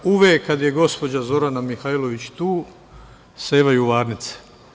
Uvek kad je gospođa Zorana Mihajlović tu, sevaju varnice.